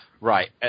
Right